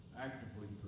actively